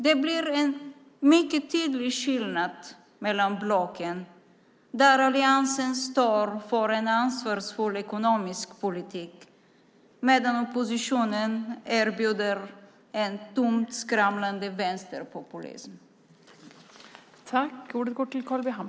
Det blir en mycket tydlig skillnad mellan blocken där alliansen står för en ansvarsfull ekonomisk politik medan oppositionen erbjuder en tomt skramlande vänsterpopulism.